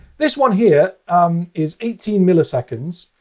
this one here is eighteen milliseconds.